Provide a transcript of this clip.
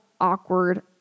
awkward